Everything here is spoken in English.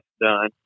done